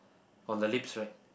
on the lips right